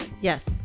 yes